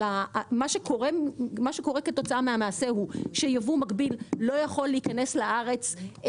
מה שקורה כתוצאה מהמעשה הוא שייבוא מקביל לא יכול להיכנס לארץ.